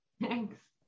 thanks